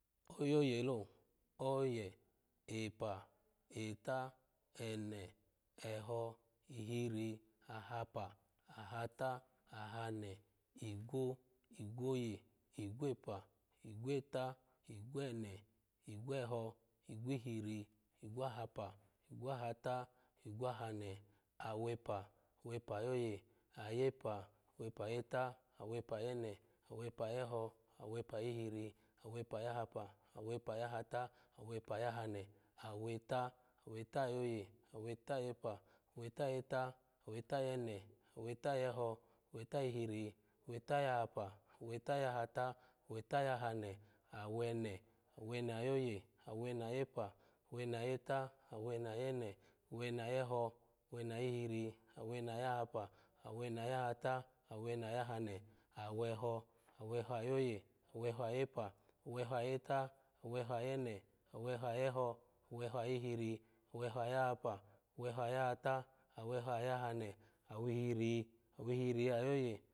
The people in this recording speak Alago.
Oh yoyele oye epu etu ene echo ehiri ahapa ahatu ahame igwo igwoye igwoepa igwo etu igwo ene igweho igwi hiri igwe-hapa igwahatu igwahane awepu awepa-ayoye awepa-yepu awepa-yene awepa-yeho awepa-yihir awepa-yahapa awepa-yahuta awepa-yahane awetu awetu-yoye awetuyepa awetuyetu awetuyane awetu-yeho aweta-yihiri awetu-yahapu awetu-yahatu, awetu-yihiri awetu-yahapu awetu-yahatu aweta-yahane awene awene-ayoye awene-yeho awene-yihiri awene-yahapa awene-yahatu awene-yahane aweho, aweho-eyoye aweho-yepa aweho-yeta aweho-yene aweho-yeho aweho-yihiri aweho-yahapa aweho-yahatu aweho-yahana awihiri awihiri-ayoye